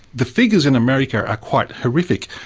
the figures in america are ah quite horrific.